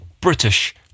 British